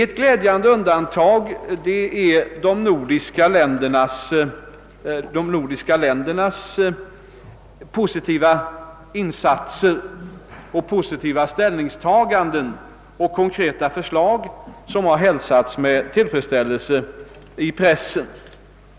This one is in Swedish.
Ett glädjande undantag är de nordiska ländernas positiva insatser, positiva ställningstaganden och konkreta förslag, vilka hälsats med tillfredsställelse i pressen.